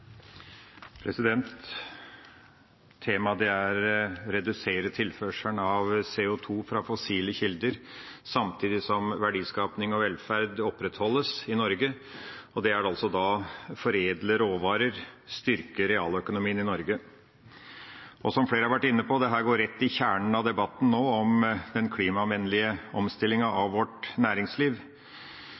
redusere tilførselen av CO2 fra fossile kilder, samtidig som verdiskaping og velferd opprettholdes i Norge. Det er altså å foredle råvarer og styrke realøkonomien i Norge. Som flere har vært inne på, går dette rett til kjernen av debatten om den klimavennlige omstillinga av vårt næringsliv.